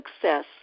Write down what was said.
success